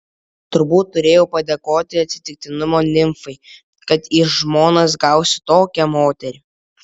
turbūt turėjau padėkoti atsitiktinumo nimfai kad į žmonas gausiu tokią moterį